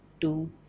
two